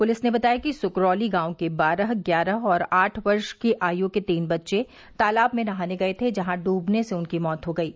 police ने बताया कि सुकरौली गांव के बारह ग्यारह और आठ वर्ष की आयु के तीन बच्चे तालाब में नहाने गए थे जहां डूबने से उनकी मौत हो गयी